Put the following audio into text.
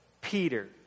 Peter